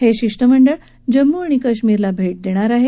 हे शिष्टमंडळ जम्मू आणि काश्मीरला भेट देणार आहे